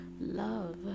Love